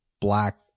black